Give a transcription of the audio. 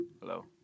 Hello